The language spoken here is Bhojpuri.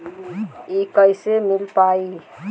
इ कईसे मिल पाई?